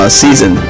season